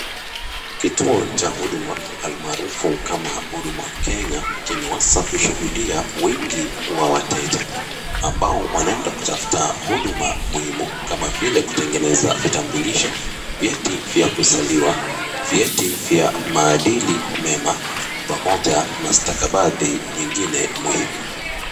Kituo cha huduma almaarufu kama Huduma Kenya kimeweza kushuhudia wengi wa wateja ambao wanaeda kutafuta huduma muhimu kama vile kutegeneza vitambulisho, vyeti vya kuzaliwa, vyeti vya maadili mema pamoja na stakabadhi nyingine muhimu.